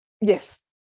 yes